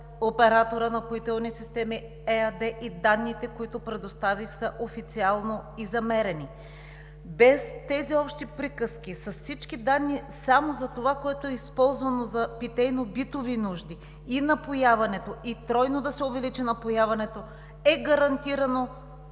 оператора „Напоителни системи“ ЕАД и данните, които предоставих, са официални и замерени. Без тези общи приказки! С всички данни само за това, което е използвано за питейно-битови нужди и напояването, и тройно да се увеличи, е гарантирано